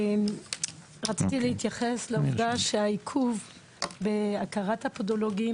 רציתי להתייחס לעובדה שהעיכוב בהכרת הפודולוגים